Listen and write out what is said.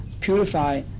purify